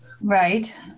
Right